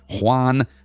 Juan